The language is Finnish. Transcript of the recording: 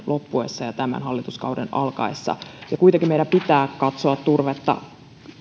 loppuessa ja tämän hallituskauden alkaessa kuitenkin meidän pitää katsoa turvetta